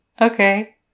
Okay